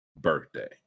birthday